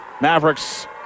Mavericks